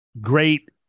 great